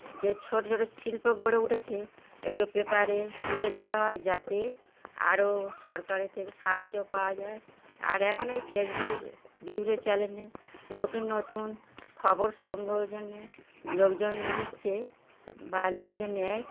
যে ছোট ছোট শিল্প গড়ে উঠেছে এগুলো পেপারে তুলে ধরা হয় যাতে আরও সরকারের থেকে সাহায্য পাওয়া যায় আর এখন এই ফেসবুক বিভিন্ন চ্যানেলে নতুন নতুন খবর সংগ্রহের জন্যে লোকজন নিচ্ছে বা লোকজন নেয়